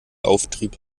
auftrieb